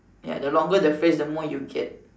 ya the longer the phrase the more you get